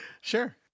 Sure